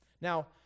Now